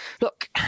Look